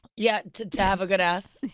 yeah, to to have a good ass?